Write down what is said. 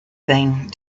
thing